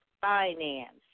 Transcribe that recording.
finance